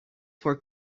for